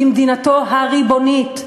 במדינתו הריבונית.